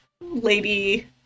lady